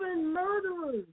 murderers